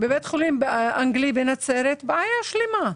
רשימת האיחוד הערבי): בבית החולים האנגלי בנצרת יש בעיה שלמה.